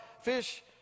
fish